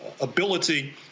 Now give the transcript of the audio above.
ability